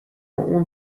اون